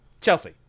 Chelsea